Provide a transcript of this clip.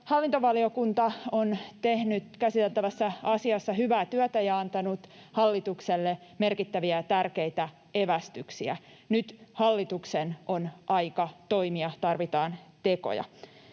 Hallintovaliokunta on tehnyt käsiteltävässä asiassa hyvää työtä ja antanut hallitukselle merkittäviä ja tärkeitä evästyksiä. Nyt hallituksen on aika toimia, tarvitaan tekoja.